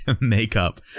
makeup